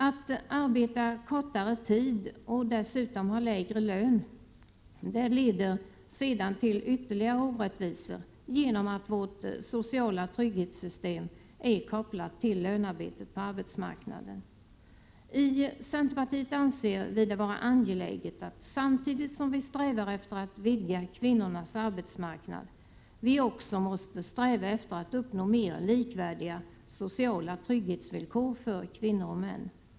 Att arbeta kortare tid och dessutom ha lägre lön leder sedan till ytterligare orättvisor genom att vårt sociala trygghetssystem är kopplat till lönearbetet på arbetsmarknaden. I centerpartiet anser vi det vara angeläget att vi, samtidigt som vi strävar efter att vidga kvinnornas arbetsmarknad, också strävar efter att uppnå mer likvärdiga sociala trygghetsvillkor för kvinnor och män.